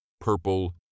Purple